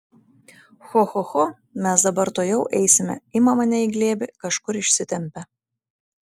cho cho cho mes dabar tuojau eisime ima mane į glėbį kažkur išsitempia